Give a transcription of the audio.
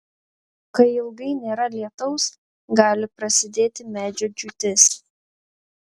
kai ilgai nėra lietaus gali prasidėti medžio džiūtis